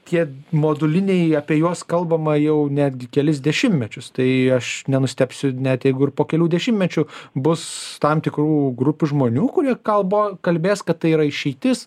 tie moduliniai apie juos kalbama jau netgi kelis dešimtmečius tai aš nenustebsiu net jeigu ir po kelių dešimtmečių bus tam tikrų grupių žmonių kurie kalba kalbės kad tai yra išeitis